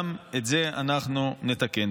גם את זה אנחנו נתקן.